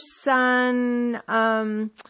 son